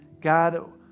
God